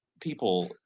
people